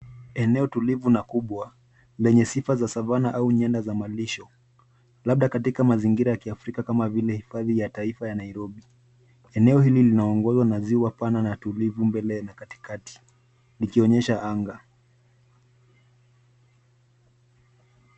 Eneo tulivu na kubwa lenye sifa za savana au nyanda za malisho; labda katika mazingira ya kiafrika kama vile hifadhi ya taifa ya Nairobi. Eneo hili linaongozwa na ziwa pana na tulivu mbele na katikati, likionyesha anga.